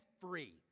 free